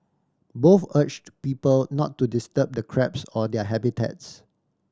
both urged people not to disturb the crabs or their habitats